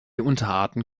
unterarten